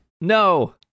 No